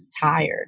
tired